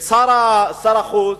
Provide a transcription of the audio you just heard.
את שר החוץ,